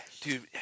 Dude